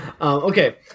okay